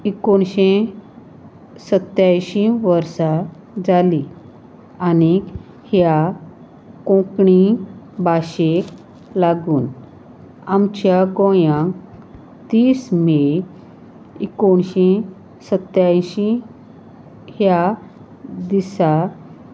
एकोणशें सत्यांयशीं वर्सा जाली आनीक ह्या कोंकणी भाशेक लागून आमच्या गोंयांत तीस मे एकोणशें सत्यांयशीं ह्या दिसा